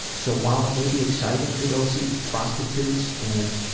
so while it may be exciting to go see prostitutes and